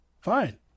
Fine